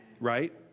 Right